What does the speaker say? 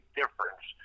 difference